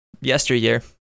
yesteryear